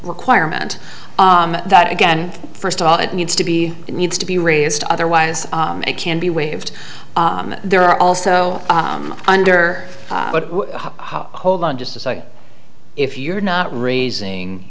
requirement that again first of all it needs to be it needs to be raised otherwise it can be waived and there are also under hold on just to say if you're not raising